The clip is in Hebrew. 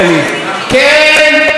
כן, קיים חשש.